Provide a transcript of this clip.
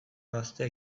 gazte